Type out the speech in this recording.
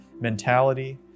mentality